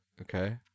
Okay